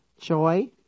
joy